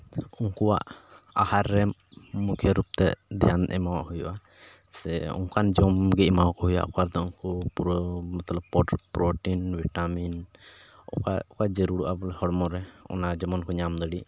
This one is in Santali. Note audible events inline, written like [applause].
ᱩᱱᱠᱩ ᱠᱚᱣᱟᱜ ᱟᱦᱟᱨ ᱨᱮᱢ ᱢᱩᱠᱷᱭᱟᱹ ᱨᱩᱯᱛᱮ ᱫᱷᱮᱭᱟᱱ ᱮᱢᱚᱜᱚᱜ ᱦᱩᱭᱩᱜᱼᱟ ᱥᱮ ᱚᱱᱠᱟᱱ ᱡᱚᱢ ᱜᱮ ᱮᱢᱟᱣ ᱠᱚ ᱦᱩᱭᱩᱜᱼᱟ ᱚᱠᱟ ᱫᱚ ᱩᱱᱠᱩ ᱯᱩᱨᱟᱹ ᱢᱚᱛᱞᱚᱵ [unintelligible] ᱯᱨᱚᱴᱤᱱ ᱵᱷᱤᱴᱟᱢᱤᱱ ᱚᱠᱟ ᱚᱠᱟ ᱡᱟᱹᱨᱩᱲᱚᱜᱼᱟ ᱵᱚᱞᱮ ᱦᱚᱲᱢᱚ ᱨᱮ ᱚᱱᱟ ᱡᱮᱢᱚᱱ ᱠᱚ ᱧᱟᱢ ᱫᱟᱲᱮᱜ